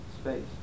space